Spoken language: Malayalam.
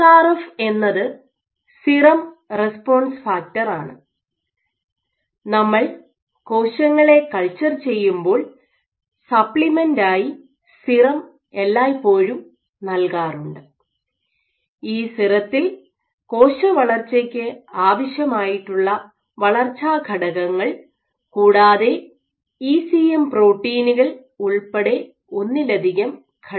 എസ് ആർ എഫ് എന്നത് സിറം റെസ്പോൺസ് ഫാക്ടറാണ് നമ്മൾ കോശങ്ങളെ കൾച്ചർ ചെയ്യുമ്പോൾ സപ്ലിമെൻറ് ആയി സിറം എല്ലായിപ്പോഴും നൽകാറുണ്ട് ഈ സിറത്തിൽ കോശവളർച്ചയ്ക് ആവശ്യമായിട്ടുള്ള വളർച്ചാ ഘടകങ്ങൾ കൂടാതെ ഇ സി എം പ്രോട്ടീനുകൾ ഉൾപ്പെടെ ഒന്നിലധികം ഘടകങ്ങളുണ്ട്